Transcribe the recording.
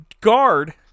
guard